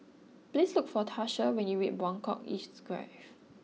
please look for Tarsha when you reach Buangkok East Drive